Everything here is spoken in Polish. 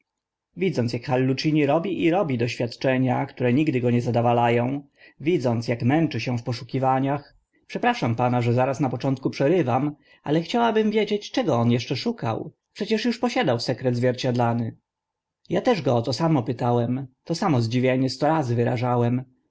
widząc ak hallucini robi i robi doświadczenia które nigdy go nie zadowala ą widząc ak męczy się w poszukiwaniach przepraszam pana że zaraz na początku przerywam ale chciałabym wiedzieć czego on eszcze szukał przecież uż posiadał sekret zwierciadlany ja też go się o to samo pytałem to samo zdziwienie sto razy wyrażałem